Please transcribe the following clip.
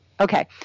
Okay